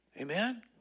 Amen